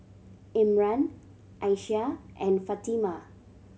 Imran Aisyah and Fatimah